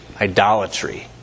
idolatry